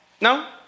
No